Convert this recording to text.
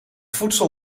voedsel